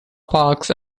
parks